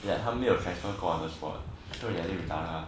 that 他没有 transfer 过 on the spot so we everyday we 打他